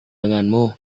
denganmu